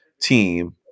team